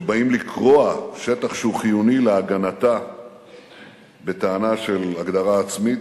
שבאים לקרוע שטח שהוא חיוני להגנתה בטענה של הגדרה עצמית.